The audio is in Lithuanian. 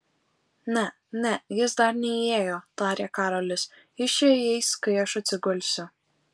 ne ne jis dar neįėjo tarė karolis jis čia įeis kai aš atsigulsiu